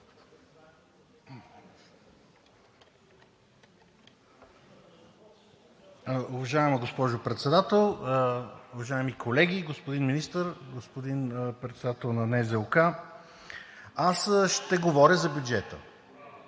Уважаема госпожо Председател, уважаеми колеги, господин Министър, господин Председател на НЗОК! Аз ще говоря за бюджета,